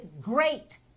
great